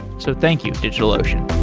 so thank you, digitalocean